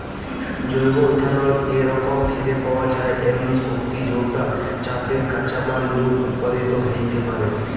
জৈব ইথানল একরকম ফিরে পাওয়া যায় এমনি শক্তি যৌটা চাষের কাঁচামাল নু উৎপাদিত হেইতে পারে